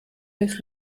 das